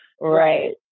Right